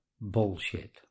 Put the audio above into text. bullshit